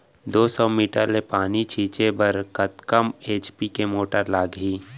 दो सौ मीटर ले पानी छिंचे बर कतका एच.पी के मोटर लागही?